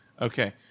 Okay